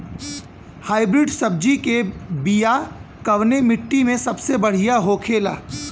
Hybrid सब्जी के बिया कवने मिट्टी में सबसे बढ़ियां होखे ला?